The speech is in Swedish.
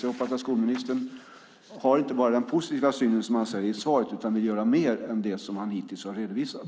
Jag hoppas att skolministern inte bara har en positiv syn, som han säger i svaret, utan vill göra mer än det som han hittills har redovisat.